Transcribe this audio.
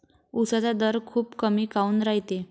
उसाचा दर खूप कमी काऊन रायते?